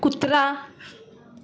कुत्रा